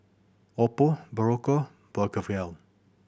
Oppo Berocca Blephagel